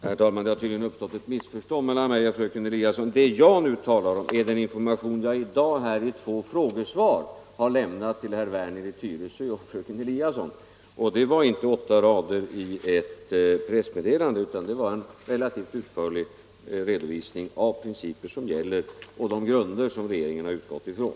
Herr talman! Det har tydligen uppstått ett missförstånd mellan mig och fröken Eliasson. Vad jag nu talar om är den information som jag i dag i svar på två frågor har lämnat till herr Werner i Tyresö och fröken Eliasson. Det var inte åtta rader i ett pressmeddelande, utan det var en relativt utförlig redovisning av de principer som gäller och de grunder som regeringen utgått ifrån.